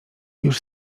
już